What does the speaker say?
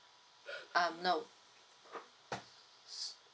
um no